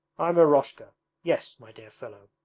i'm eroshka yes, my dear fellow